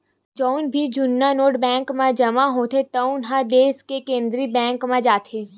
जउन भी जुन्ना नोट बेंक म जमा होथे तउन ह देस के केंद्रीय बेंक म जाथे